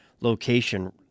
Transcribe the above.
location